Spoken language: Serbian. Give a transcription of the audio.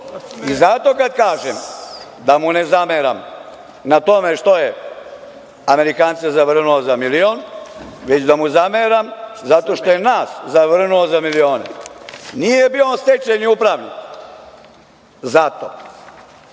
I zato kada kažem, da mu ne zameram, na tome što je Amerikance zavrnuo za milion, već da mu zameram zato što je nas zavrnuo za milione. Nije bio on stečajni upravnik, zato